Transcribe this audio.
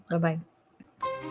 Bye-bye